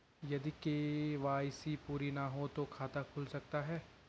यदि के.वाई.सी पूरी ना हो तो खाता खुल सकता है?